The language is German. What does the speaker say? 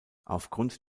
aufgrund